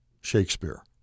Shakespeare